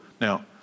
Now